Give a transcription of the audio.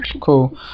Cool